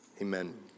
Amen